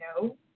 No